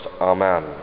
Amen